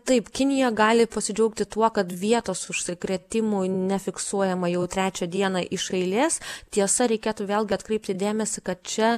taip kinija gali pasidžiaugti tuo kad vietos užsikrėtimų nefiksuojama jau trečią dieną iš eilės tiesa reikėtų vėlgi atkreipti dėmesį kad čia